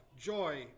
joy